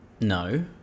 no